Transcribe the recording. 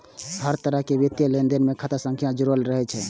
हर तरहक वित्तीय लेनदेन सं खाता संख्या जुड़ल रहै छै